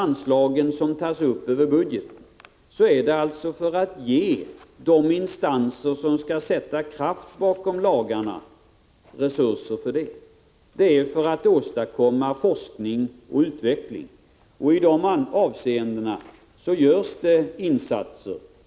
Anslagen som tas upp över budgeten syftar till att ge de instanser som skall sätta kraft bakom lagarna resurser för detta och till att åstadkomma forskning och utveckling. I dessa avseenden görs det insatser.